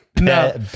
No